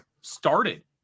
started